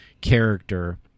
character